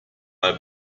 mal